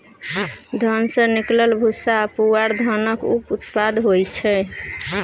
धान सँ निकलल भूस्सा आ पुआर धानक उप उत्पाद होइ छै